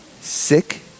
sick